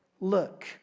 Look